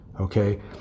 okay